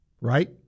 right